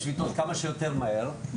אליקו, אתה רוצה להגיד כמה מילים בקצרה?